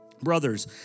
Brothers